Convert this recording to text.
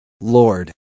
Lord